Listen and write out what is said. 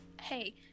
Hey